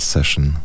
Session